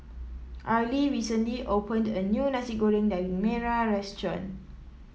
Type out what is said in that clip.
Arly recently opened a new Nasi Goreng Daging Merah Restaurant